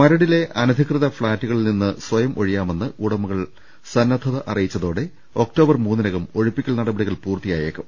മരടിലെ അനധികൃത ഫ്ളാറ്റുകളിൽ നിന്ന് സ്വയം ഒഴിയാമെന്ന് ഉടമകൾ സന്നദ്ധത അറിയിച്ചതോടെ ഒക്ടോബർ മൂന്നിനകം ഒഴിപ്പിക്കൽ നട പടികൾ പൂർത്തിയായേക്കും